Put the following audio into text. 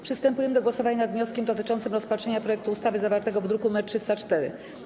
Przystępujemy do głosowania nad wnioskiem dotyczącym rozpatrzenia projektu ustawy zawartego w druku nr 304.